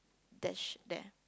that sh~ there